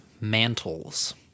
mantles